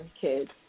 kids